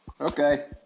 Okay